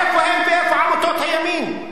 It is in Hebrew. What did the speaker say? איפה הן ואיפה עמותות הימין,